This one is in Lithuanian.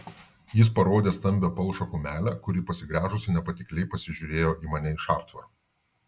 jis parodė stambią palšą kumelę kuri pasigręžusi nepatikliai pasižiūrėjo į mane iš aptvaro